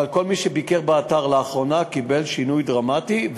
אבל כל מי שביקר באתר לאחרונה ראה שינוי דרמטי,